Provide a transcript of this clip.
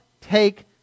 take